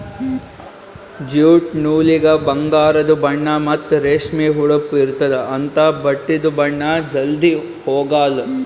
jute ನೂಲಿಗ ಬಂಗಾರದು ಬಣ್ಣಾ ಮತ್ತ್ ರೇಷ್ಮಿ ಹೊಳಪ್ ಇರ್ತ್ತದ ಅಂಥಾ ಬಟ್ಟಿದು ಬಣ್ಣಾ ಜಲ್ಧಿ ಹೊಗಾಲ್